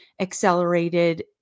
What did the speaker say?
accelerated